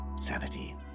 sanity